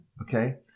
Okay